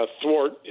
thwart